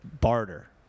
barter